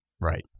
Right